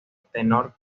tenor